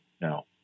Now